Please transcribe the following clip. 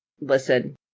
listen